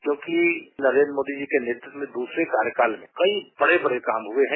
क्योंकि नरेन्द्र मोदी के नेतृत्व में दूसरे कार्यकाल में कई बड़े बड़े काम हुए है